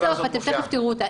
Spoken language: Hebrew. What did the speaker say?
בסוף, אתם תכף תראו אותה.